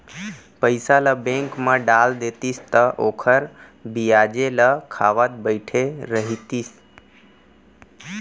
पइसा ल बेंक म डाल देतिस त ओखर बियाजे ल खावत बइठे रहितिस